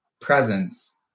presence